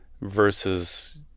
versus